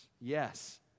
yes